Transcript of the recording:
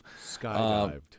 Skydived